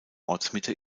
ortsmitte